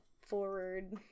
forward